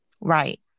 right